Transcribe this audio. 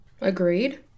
agreed